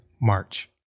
March